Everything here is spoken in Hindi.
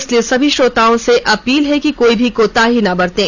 इसलिए सभी श्रोताओं से अपील है कि कोई भी कोताही ना बरतें